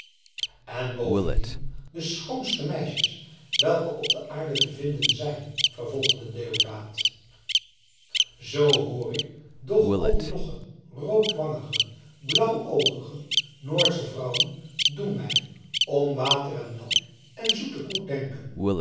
en bovendien de schoonste meisjes welke op de aarde te vinden zijn vervolgde deodaat zoo hoor ik doch al die logge roodwangige blauwoogige noordsche vrouwen doen mij om water en melk en zoete koek denken